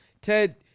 Ted